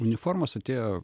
uniformos atėjo